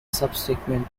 subsequent